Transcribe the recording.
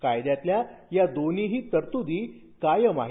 कायद्यातल्या या दोन्हीही तरतुदी कायम आहेत